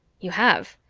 you have?